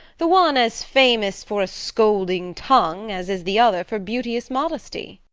the one as famous for a scolding tongue as is the other for beauteous modesty.